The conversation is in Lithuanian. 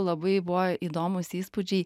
labai buvo įdomūs įspūdžiai